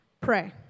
pray